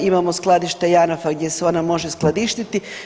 Imamo skladište JANAF-a gdje se ona može skladištiti.